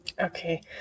Okay